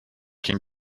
can